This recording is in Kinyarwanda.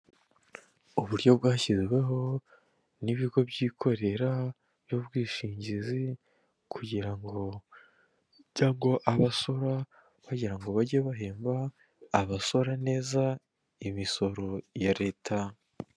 Uburyo bwashyizweho n'ibigo byikorera by'ubwishingizi kugira ngo cyangwa abasora bagira ngo bajye bahemba abasora neza imisoro ya leta.